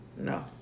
No